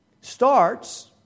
starts